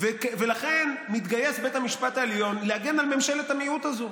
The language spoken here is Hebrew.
ולכן מתגייס בית המשפט העליון להגן על ממשלת המיעוט הזו,